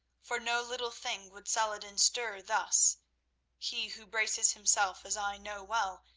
for no little thing would saladin stir thus he who braces himself as i know well,